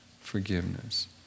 forgiveness